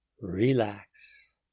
Relax